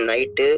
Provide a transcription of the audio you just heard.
Night